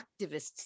activists